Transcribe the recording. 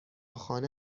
خانه